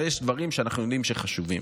אבל יש דברים שאנחנו יודעים שהם חשובים,